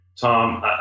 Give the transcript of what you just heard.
Tom